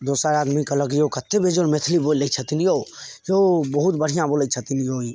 दोसर आदमी कहलक यौ कत्तेक बेजोड़ मैथिली बोल लै छथिन यौ हँ बहुत बढ़िआँ बोल छथिन यौ